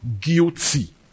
guilty